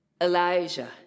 Elijah